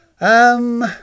Um